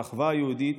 את האחווה היהודית,